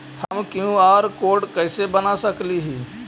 हम QR code कैसे बना सकली ही?